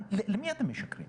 למי אתם משקרים?